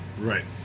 Right